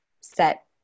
set